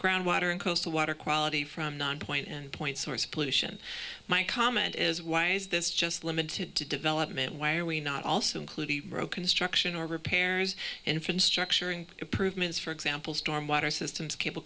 groundwater in coastal water quality from nonpoint and point source pollution my comment is why is this just limited to development why are we not also include row construction or repairs infrastructure and improvements for example storm water systems cable